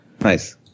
nice